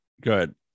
Good